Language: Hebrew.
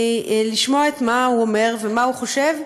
לשמוע מה הוא אומר ומה הוא חושב,